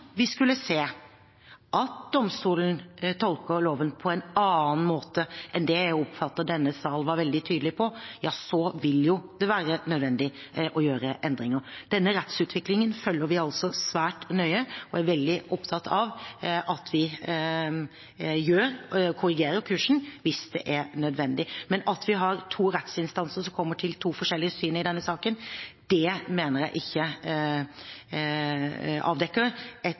vi skulle se at domstolen tolker loven på en annen måte enn det jeg oppfatter at denne sal var veldig tydelig på, så vil det være nødvendig å gjøre endringer. Denne rettsutviklingen følger vi altså svært nøye, og jeg er veldig opptatt av at vi korrigerer kursen hvis det er nødvendig. Men at vi har to rettsinstanser som kommer til to forskjellige syn i denne saken, mener jeg ikke avdekker et